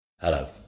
Hello